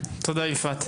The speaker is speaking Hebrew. תודה, יפעת.